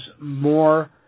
more